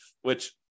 Which-